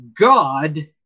God